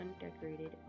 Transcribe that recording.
undecorated